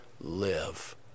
live